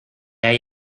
hay